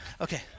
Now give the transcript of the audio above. Okay